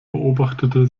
beobachtete